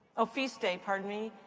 ah feast day, pardon me.